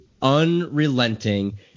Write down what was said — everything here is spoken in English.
unrelenting